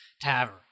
tavern